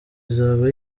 izaba